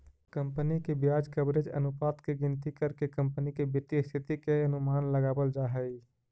company के ब्याज coverage अनुपात के गिनती करके कंपनी के वित्तीय स्थिति के अनुमान लगावल जा हई